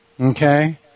Okay